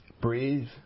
Breathe